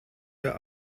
wir